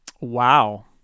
Wow